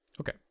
Okay